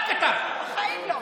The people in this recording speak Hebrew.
בחיים לא.